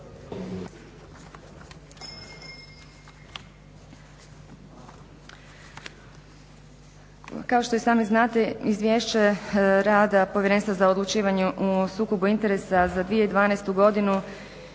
Hvala i vama.